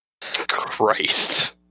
Christ